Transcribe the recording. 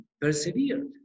persevered